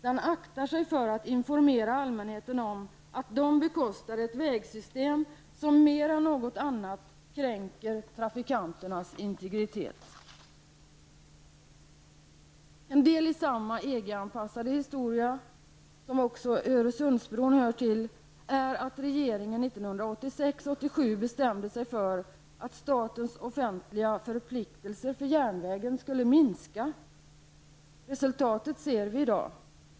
Den aktar sig för att informera allmänheten om att den bekostar ett vägsystem som mer än något annat kränker trafikanternas integritet. En del i samma EG-anpassade historia -- som också Öresundsbron är en del av -- är att regeringen 1986/87 bestämde sig för att statens offentliga förpliktelser för järnvägen skulle minska. Resultatet ser vi i dag.